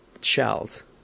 shells